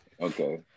okay